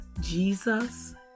Jesus